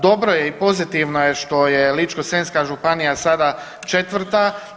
Dobro je i pozitivno je što je Ličko-senjska županija sada četvrta.